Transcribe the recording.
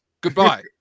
goodbye